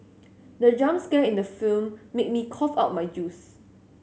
the jump scare in the film made me cough out my juice